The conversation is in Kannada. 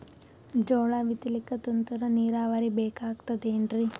ಜೋಳ ಬಿತಲಿಕ ತುಂತುರ ನೀರಾವರಿ ಬೇಕಾಗತದ ಏನ್ರೀ?